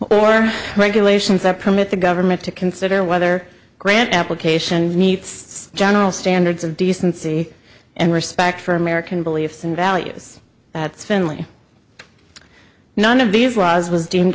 or regulations that permit the government to consider whether grant application meets general standards of decency and respect for american beliefs and values that's finley none of these was was deemed